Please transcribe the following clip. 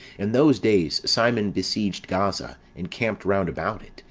in those days simon besieged gaza, and camped round about it,